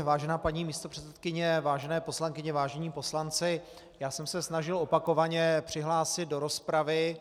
Vážená paní místopředsedkyně, vážené poslankyně, vážení poslanci, já jsem se snažil opakovaně přihlásit do rozpravy.